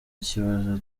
ikibazo